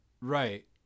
Right